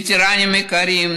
וטרנים יקרים,